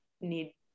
need